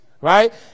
Right